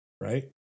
Right